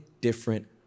different